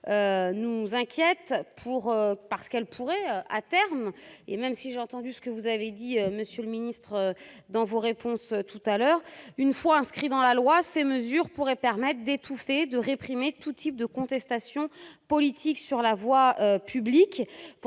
nous inquiète pour parce qu'elle pourrait, à terme, et même si j'ai entendu ce que vous avez dit monsieur le Ministre dans vos réponses tout à l'heure une fois inscrit dans la loi, ces mesures pourraient permettent d'étouffer et de réprimer tout type de contestation politique sur la voie publique,